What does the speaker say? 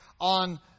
on